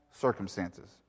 circumstances